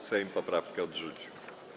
Sejm poprawki odrzucił.